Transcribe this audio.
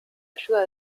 ayuda